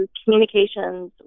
communications